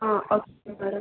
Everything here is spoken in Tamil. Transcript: ah okay madam